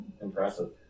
Impressive